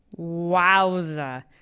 Wowza